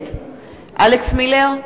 נגד אלכס מילר,